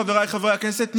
חבריי חברי הכנסת,